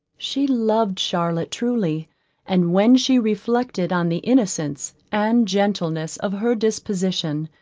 she loved charlotte truly and when she reflected on the innocence and gentleness of her disposition,